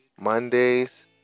Mondays